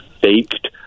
faked